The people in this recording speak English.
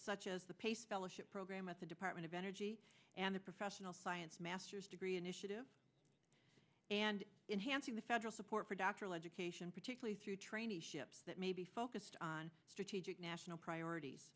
such as the pace fellowship program at the department of energy and the professional science masters degree initiative and enhanced in the federal support for doctoral education particularly through traineeships that may be focused on strategic national priorities